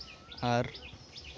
ᱟᱨ